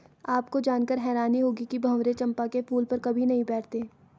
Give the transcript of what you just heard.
आपको जानकर हैरानी होगी कि भंवरे चंपा के फूल पर कभी नहीं बैठते